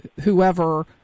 whoever